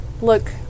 Look